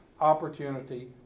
opportunity